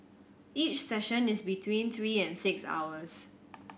each session is between three and six hours